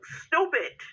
stupid